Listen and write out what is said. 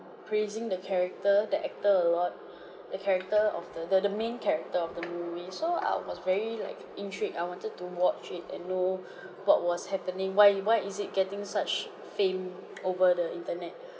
praising the character the actor a lot the character of the the the main character of the movie so I was very like intrigued I wanted to watch it and know what was happening why why is it getting such fame over the internet